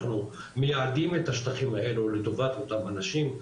אנחנו מייעדים את השטחים האלו לטובת אותם אנשים,